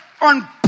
on